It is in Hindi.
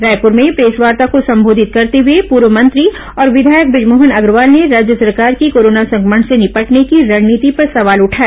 रायपुर में प्रेसवार्ता को संबोधित करते हुए पूर्व मंत्री और विधायक बुजमोहन अग्रवाल ने राज्य सरकार की कोरोना संक्रमण से निपटने की रणनीति पर सवाल उठाए